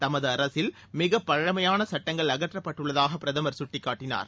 தமது அரசில் மிகப் பழமையான சுட்டங்கள் அகற்றப்பட்டுள்ளதாக பிரதமர் சுட்டிக் காட்டினார்